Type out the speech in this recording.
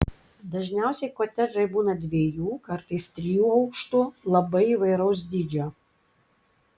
dažniausiai kotedžai būną dviejų kartais trijų aukštų labai įvairaus dydžio